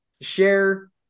share